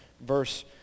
verse